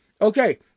Okay